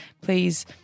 please